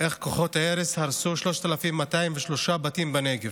איך כוחות ההרס הרסו 3,203 בתים בנגב,